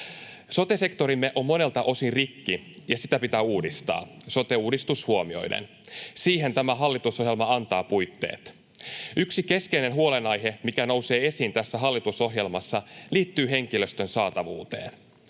Sote-sektorimme on monelta osin rikki, ja sitä pitää uudistaa sote-uudistus huomioiden. Siihen tämä hallitusohjelma antaa puitteet. Yksi keskeinen huolenaihe, mikä nousee esiin tässä hallitusohjelmassa, liittyy henkilöstön saatavuuteen.